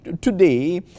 Today